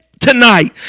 Tonight